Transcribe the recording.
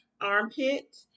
armpit